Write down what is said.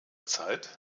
zeit